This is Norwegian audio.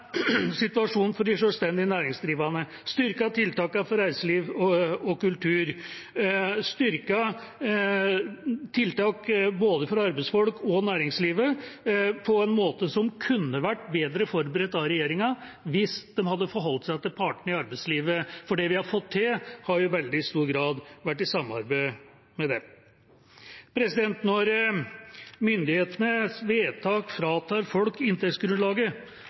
situasjonen for de selvstendig næringsdrivende, styrket tiltakene for reiseliv og kultur, styrket tiltakene for både arbeidsfolk og næringslivet på en måte som kunne vært bedre forberedt av regjeringa hvis de hadde forholdt seg til partene i arbeidslivet. For det vi har fått til, har i veldig stor grad vært i samarbeid med dem. Når myndighetenes vedtak fratar folk inntektsgrunnlaget,